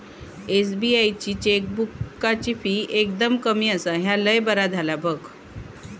SBI ची चेकबुकाची fee एकदम कमी आसा, ह्या लय बरा झाला बघ